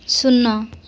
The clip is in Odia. ଶୂନ